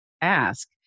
ask